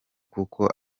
kuko